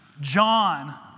John